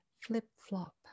flip-flop